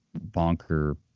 bonker